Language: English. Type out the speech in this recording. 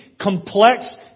complex